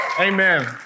Amen